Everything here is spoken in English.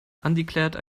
undeclared